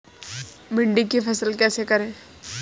भिंडी की फसल कैसे करें?